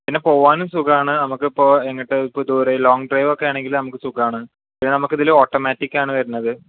പിന്നെ പോകാനും സുഖമാണ് നമുക്ക് ഇപ്പോൾ എങ്ങോട്ട് ഇപ്പോൾ ദൂരെ ലോങ്ങ് ഡ്രൈവ് ഒക്കെ ആണെങ്കിൽ നമുക്ക് സുഖമാണ് പിന്നെ നമുക്ക് ഇതില് ഓട്ടോമാറ്റിക്ക് ആണ് വരുന്നത്